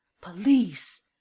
Police